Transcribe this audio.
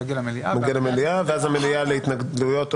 ואז תהיה אפשרות להתנגדויות.